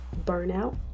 burnout